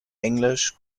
englisch